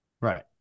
Right